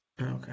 Okay